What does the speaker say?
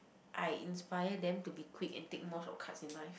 I inspire them to be quick and take more shortcuts in life